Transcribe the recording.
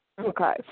Okay